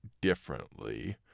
differently